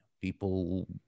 People